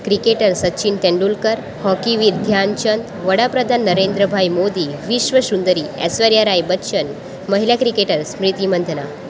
cricketer Sachin Tendulkar hockey Vindhyachal વડાપ્રધાન નરેન્દ્રભાઈ મોદી વિશ્વ સુંદરી ઐશ્વર્યા રાય બચ્ચન મહિલા ક્રિકેટર સ્મ્રિતી મંથના